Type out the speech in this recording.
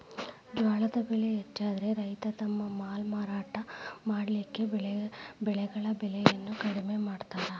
ಜ್ವಾಳದ್ ಬೆಳೆ ಹೆಚ್ಚಾದ್ರ ರೈತ ತಮ್ಮ ಮಾಲ್ ಮಾರಾಟ ಮಾಡಲಿಕ್ಕೆ ಬೆಳೆಗಳ ಬೆಲೆಯನ್ನು ಕಡಿಮೆ ಮಾಡತಾರ್